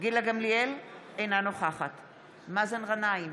גילה גמליאל, אינה נוכחת מאזן גנאים,